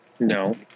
No